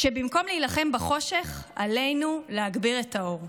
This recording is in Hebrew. שבמקום להילחם בחושך עלינו להגביר את האור".